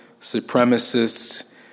supremacists